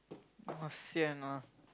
!wah! sian lah